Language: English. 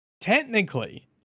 technically